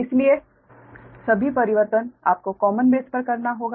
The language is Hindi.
इसलिए सभी परिवर्तन आपको कॉमन बेस पर करना होगा